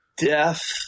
death